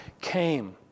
came